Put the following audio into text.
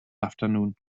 afternoon